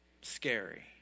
scary